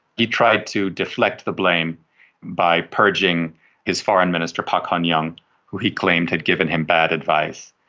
he tried to deflect the blame by purging his foreign minister pak hon-yong who he claimed had given him bad advice.